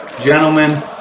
gentlemen